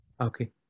Okay